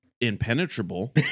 impenetrable